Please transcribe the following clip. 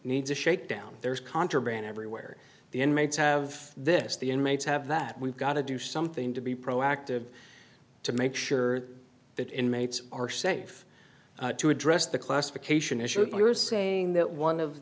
needs a shakedown there's contraband everywhere the inmates have this the inmates have that we've got to do something to be proactive to make sure that inmates are safe to address the classification issue for saying that one of